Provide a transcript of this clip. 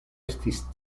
estis